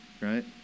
right